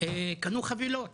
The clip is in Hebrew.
קנו חבילות.